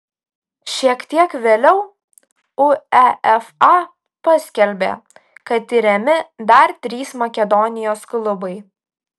šiek tiek vėliau uefa paskelbė kad tiriami dar trys makedonijos klubai